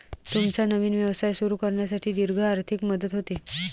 तुमचा नवीन व्यवसाय सुरू करण्यासाठी दीर्घ आर्थिक मदत होते